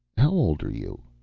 how old are you?